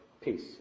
peace